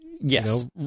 Yes